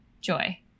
joy